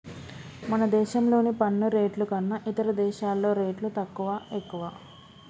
మన దేశంలోని పన్ను రేట్లు కన్నా ఇతర దేశాల్లో రేట్లు తక్కువా, ఎక్కువా